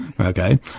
Okay